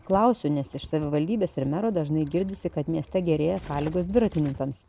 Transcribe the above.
klausiu nes iš savivaldybės ir mero dažnai girdisi kad mieste gerėja sąlygos dviratininkams